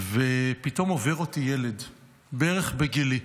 ופתאום עובר אותי ילד, בערך בגילי.